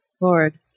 Lord